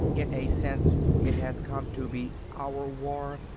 in a sense, it has come to be our war.